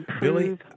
Billy